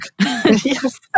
Yes